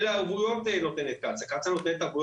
אילו ערבויות נותנת קצא"א?